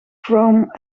chrome